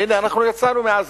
הנה, אנחנו יצאנו מעזה.